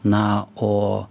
na o